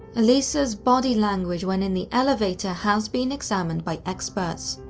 elisa's body language when in the elevator has been examined by experts,